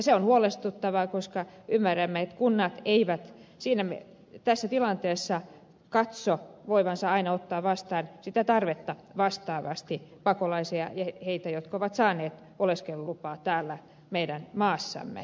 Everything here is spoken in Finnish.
se on huolestuttavaa koska ymmärrämme että kunnat eivät tässä tilanteessa katso voivansa aina ottaa vastaan tarvetta vastaavasti pakolaisia ja heitä jotka ovat saaneet oleskeluluvan täällä meidän maassamme